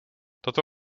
tato